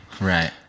Right